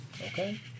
Okay